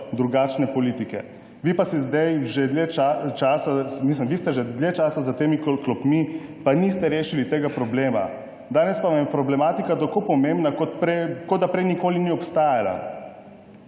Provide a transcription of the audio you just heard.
drugačne politike. Vi pa ste že dlje časa v teh klopeh, pa niste rešili tega problema, danes pa vam je problematika tako pomembna, kot da prej nikoli ni obstajala.